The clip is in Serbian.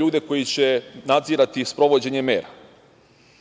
ljude koji će nadzirati sprovođenje mera. Sa